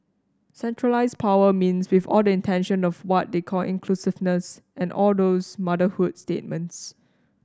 centralised power means with all the intention of what they call inclusiveness and all those motherhood statements